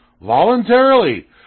voluntarily